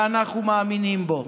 ואנחנו מאמינים בו.